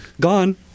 gone